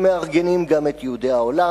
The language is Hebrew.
שמארגנים גם את יהודי העולם,